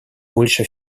больше